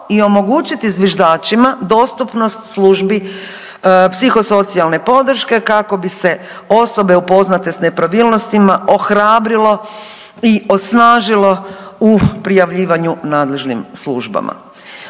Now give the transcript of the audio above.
i omogućiti zviždačima dostupnost službi psihosocijalne podrške kako bi se osobe upoznate s nepravilnostima ohrabrilo i osnažilo u prijavljivanju nadležnim službama.